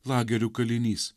lagerių kalinys